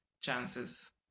chances